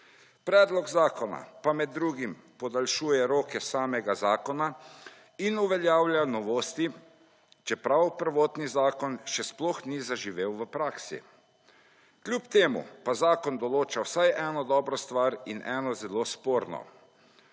Predlog zakona pa med drugim podaljšuje roke samega zakona in uveljavlja novosti, čeprav prvotni zakon še sploh ni zaživel v praksi. Kljub temu pa zakon določa vsaj eno dobro stvar in eno zelo sporno.